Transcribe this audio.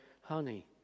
honey